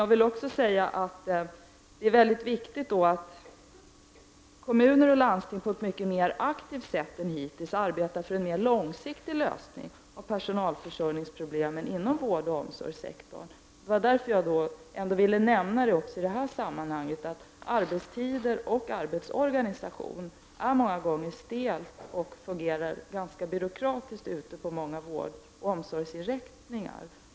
Det är också väldigt viktigt att kommuner och landsting på ett mycket mer aktivt sätt än hittills arbetar för en mer långsiktig lösning av personalförsörjningsproblemen inom vårdoch omsorgssektorn. Det är därför som jag i det här sammanhanget vill nämna att arbetstider och arbetsorganisationer många gånger är stela och fungerar ganska byråkratiskt ute på vårdoch omsorgsinrättningar.